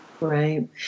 right